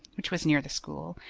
which was near the school,